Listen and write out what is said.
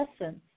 essence